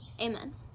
amen